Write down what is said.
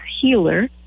healer